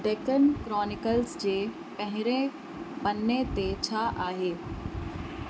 Deccan chronicles जे पेहरें पने ते छा आहे